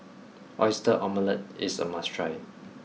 Oyster Omelette is a must try